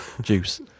juice